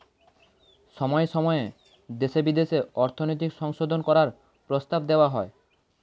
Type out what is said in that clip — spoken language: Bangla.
সময়ে সময়ে দেশে বিদেশে অর্থনৈতিক সংশোধন করার প্রস্তাব দেওয়া হয়